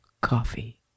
Coffee